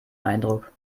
eindruck